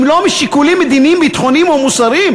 אם לא משיקולים מדיניים, ביטחוניים או מוסריים,